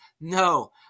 No